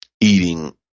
Eating